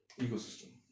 ecosystem